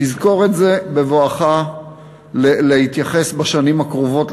תזכור את זה בבואך להתייחס לתפקידך בשנים הקרובות,